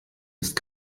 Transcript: ist